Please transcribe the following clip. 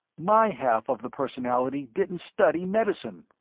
my half of the personality didn't study medicine.